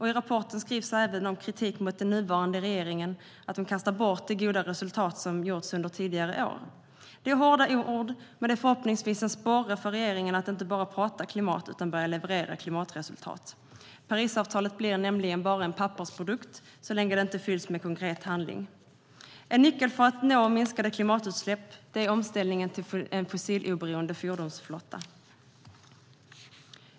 I rapporten skrivs även om kritik mot att den nuvarande regeringen kastar bort det goda resultat som uppnåtts under tidigare år. Det är hårda ord, men det är förhoppningsvis en sporre för regeringen att inte bara prata klimat utan börja leverera klimatresultat. Parisavtalet blir nämligen bara en pappersprodukt så länge det inte fylls med konkret handling. En nyckel för att nå minskade klimatutsläpp är omställningen till en fossiloberoende fordonsflotta.